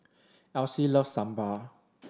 Alcie loves Sambar